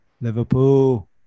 Liverpool